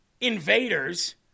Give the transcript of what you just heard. invaders